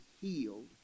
healed